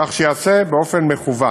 כך שייעשה באופן מקוון.